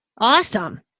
Awesome